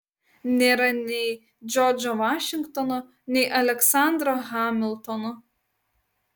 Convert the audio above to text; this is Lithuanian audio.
nėra nei džordžo vašingtono nei aleksandro hamiltono